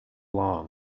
long